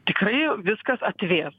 tikrai viskas atvės